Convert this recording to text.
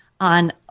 on